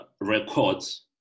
records